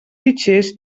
fitxers